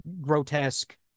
grotesque